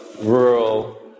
rural